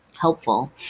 helpful